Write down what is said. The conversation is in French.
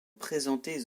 présentées